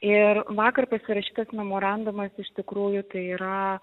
ir vakar pasirašytas memorandumas iš tikrųjų tai yra